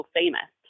famous